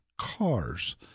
cars